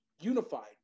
unified